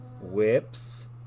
whips